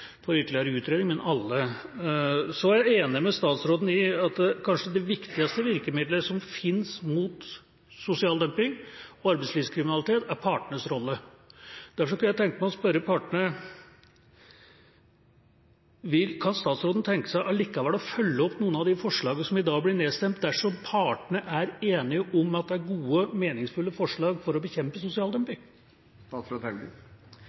med statsråden i at kanskje det viktigste virkemidlet som finnes mot sosial dumping og arbeidslivskriminalitet, er partenes rolle. Derfor kunne jeg tenke meg å spørre: Kan statsråden likevel tenke seg å følge opp noen av de forslagene som i dag blir nedstemt, dersom partene er enige om at det er gode og meningsfulle forslag for å bekjempe